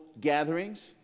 gatherings